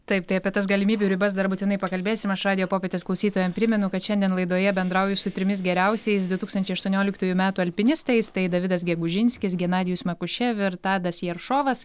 taip tai apie tas galimybių ribas dar būtinai pakalbėsim aš radijo popietės klausytojam primenu kad šiandien laidoje bendrauju su trimis geriausiais du tūkstančiai aštuonioliktųjų metų alpinistais tai davidas gegužinskis genadijus mekušev ir tadas jeršovas